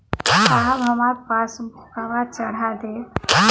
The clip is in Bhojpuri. साहब हमार पासबुकवा चढ़ा देब?